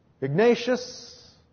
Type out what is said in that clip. Ignatius